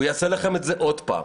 הוא יעשה לכם את זה עוד פעם.